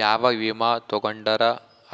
ಯಾವ ವಿಮಾ ತೊಗೊಂಡರ